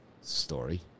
story